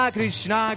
Krishna